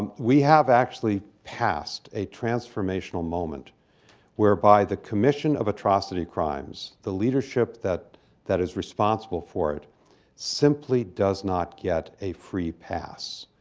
um we have actually passed a transformational moment where, by the commission of atrocity crimes, the leadership that that is responsible for it simply does not get a free pass.